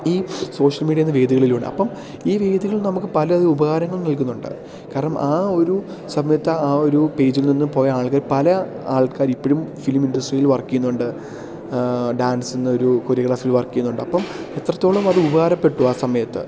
ഈ social media എന്ന വേദികളിലൂടെ അപ്പോള് ഈ വേദികൾ നമുക്ക് പലത് ഉപകാരങ്ങൾ നൽകുന്നുണ്ട് കാരണം ആ ഒരു സമയത്ത് ആ ഒരു പേജിൽ നിന്നും പോയ ആളുകൾ പല ആൾക്കാര് ഇപ്പോഴും ഫിലിം ഇൻഡസ്ട്രിയിൽ വർക്കേയ്യുന്നുണ്ട് ഡാൻസെന്ന ഒരു കൊറിയോഗ്രാഫിയിൽ വർക്കേയ്യുന്നുണ്ട് അപ്പോള് എത്രത്തോളം അത് ഉപകാരപ്പെട്ടു ആ സമയത്ത്